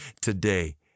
today